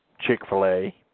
Chick-fil-A